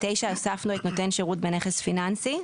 הוספנו את "(8) נותן שירות בנכס פיננסי";